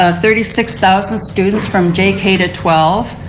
ah thirty six thousand students from jk to twelve,